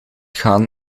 gaan